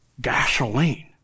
gasoline